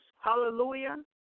hallelujah